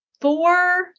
Four